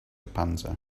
panza